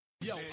Yo